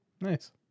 nice